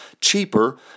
cheaper